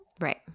Right